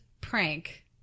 prank